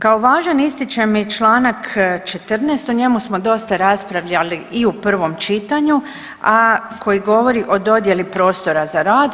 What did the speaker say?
Kao važan ističem i Članak 14., o njemu smo dosta raspravljali i u prvom čitanju, a koji govori o dodjeli prostora za rad.